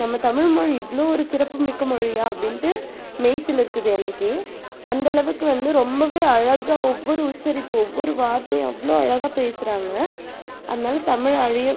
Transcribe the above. நம்ப தமிழ்மொழி இவ்வளோ ஒரு சிறப்பு மிக்க மொழியாக அப்படின்ட்டு மெய்சிலிர்க்குது எனக்கே அந்த அளவுக்கு வந்து ரொம்பவே அழகாக ஒவ்வொரு உச்சரிப்பு ஒவ்வொரு வார்த்தையும் அவ்வளோ அழகாக பேசுகிறாங்க அதனால் தமிழ் அழிய